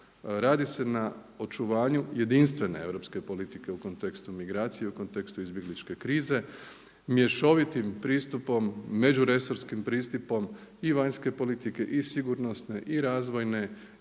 Radi se na očuvanju jedinstvene europske politike u kontekstu migracije i u kontekstu izbjegličke krize mješovitim pristupom međuresorskim pristupom i vanjske politike i sigurnosne i razvojne